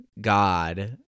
God